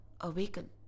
awaken